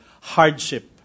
hardship